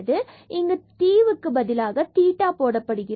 எனவே இங்கு tக்கு பதிலாக தீட்டா போடப்படுகிறது